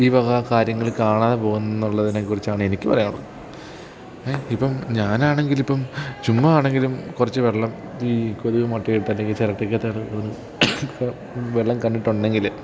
ഈ വക കാര്യങ്ങൾ കാണാതെ പോകുമെന്നുള്ളതിനെക്കുറിച്ചാണ് എനിക്ക് പറയാനുള്ളത് ഏ ഇപ്പം ഞാനാണെങ്കിലിപ്പം ചുമ്മാതാണെങ്കിലും കുറച്ച് വെള്ളം ഈ കൊതുക് മുട്ടയിട്ട് അല്ലെങ്കിൽ ചിരട്ടക്കകത്തെ വെള്ളം വെള്ളം കണ്ടിട്ടുണ്ടെങ്കിൽ